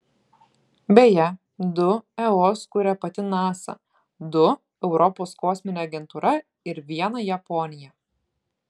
beje du eos kuria pati nasa du europos kosminė agentūra ir vieną japonija